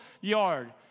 yard